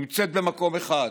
והאחריות למחדל נמצאת במקום אחד,